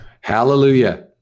Hallelujah